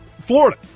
Florida